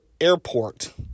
airport